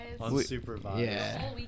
Unsupervised